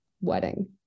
wedding